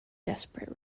desperate